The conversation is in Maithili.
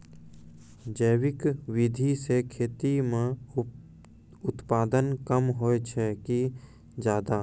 जैविक विधि से खेती म उत्पादन कम होय छै कि ज्यादा?